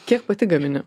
kiek pati gamini